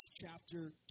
chapter